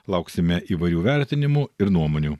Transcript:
lauksime įvairių vertinimų ir nuomonių